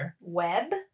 web